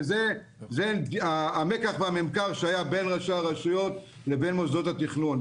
וזה המקח והממכר שהיה בין ראשי הרשויות לבין מוסדות התכנון.